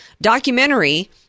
documentary